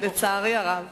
לצערי הרב.